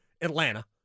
Atlanta